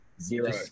Zero